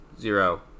zero